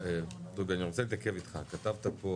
אני רוצה להתעכב איתך, כתבת פה